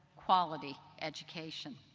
quality education.